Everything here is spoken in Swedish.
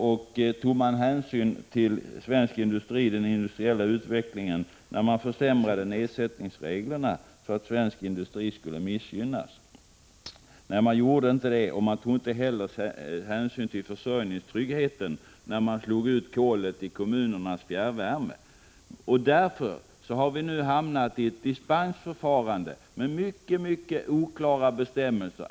Och tog man hänsyn till den industriella utvecklingen när man försämrade reglerna så att svensk industri skulle missgynnas? Nej, man gjorde inte det, och man tog inte heller hänsyn till försörjningstryggheten när man slog ut kolet i kommunernas fjärrvärme. Därför har vi nu hamnat i ett dispensförfarande med mycket mycket oklara bestämmelser.